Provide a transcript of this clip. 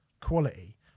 quality